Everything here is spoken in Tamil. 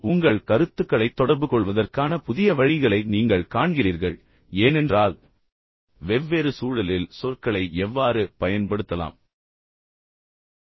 உங்கள் கருத்துக்களைத் தொடர்புகொள்வதற்கான புதிய வழிகளை நீங்கள் காண்கிறீர்கள் ஏனென்றால் வெவ்வேறு சூழலில் சொற்களை எவ்வாறு பயன்படுத்தலாம் என்பதை நீங்கள் புரிந்துகொள்கிறீர்கள்